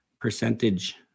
percentage